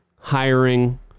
hiring